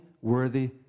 worthy